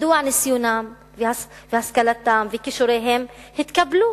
מדוע ניסיונם והשכלתם וכישוריהם התקבלו,